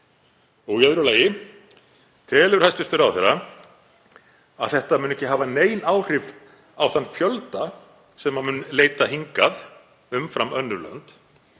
Í öðru lagi: Telur hæstv. ráðherra að þetta muni ekki hafa nein áhrif á þann fjölda sem mun leita hingað umfram önnur lönd